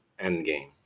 Endgame